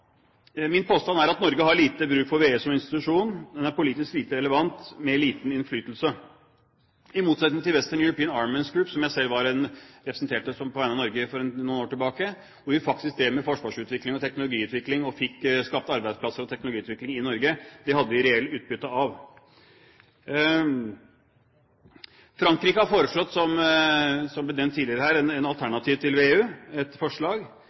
Min påstand er at Norge har lite bruk for VEU som institusjon. Den er politisk lite relevant med liten innflytelse, i motsetning til Western European Armaments Group, hvor jeg selv representerte på vegne av Norge for noen år tilbake, hvor vi faktisk drev med forsvarsutvikling og teknologiutvikling, og fikk skapt arbeidsplasser og teknologiutvikling i Norge. Det hadde vi reelt utbytte av. Frankrike har foreslått, som nevnt tidligere her, et alternativ til